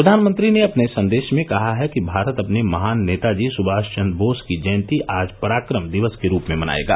प्रधानमंत्री ने अपने संदेश में कहा है कि भारत अपने महान नेताजी सुभाष चंद्र बोस की जयंती आज पराक्रम दिवस के रूप में मनाएगा